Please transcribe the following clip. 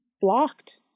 blocked